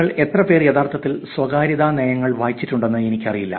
നിങ്ങളിൽ എത്ര പേർ യഥാർത്ഥത്തിൽ സ്വകാര്യതാ നയങ്ങൾ വായിച്ചിട്ടുണ്ടെന്ന് എനിക്കറിയില്ല